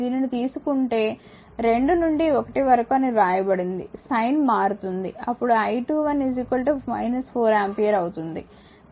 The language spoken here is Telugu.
దీనిని తీసుకుంటే 2 నుండి 1 వరకు అని వ్రాయబడినది సైన్ మారుతుంది అప్పుడు I21 4 ఆంపియర్ అవుతుంది